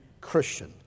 Christian